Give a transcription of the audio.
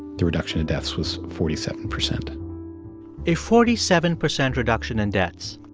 the reduction in deaths was forty seven percent a forty seven percent reduction in deaths.